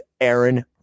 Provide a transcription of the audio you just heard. Aaron